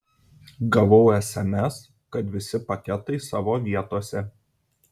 gavau sms kad visi paketai savo vietose